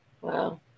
Wow